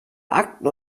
akten